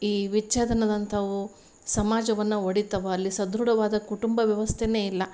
ಈ ವಿಚ್ಛೇದನದಂಥವು ಸಮಾಜವನ್ನ ಒಡಿತವ ಅಲ್ಲಿ ಸದೃಢವಾದ ಕುಟುಂಬ ವ್ಯವಸ್ಥೆನೇ ಇಲ್ಲ